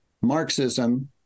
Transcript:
Marxism